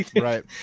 Right